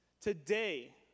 today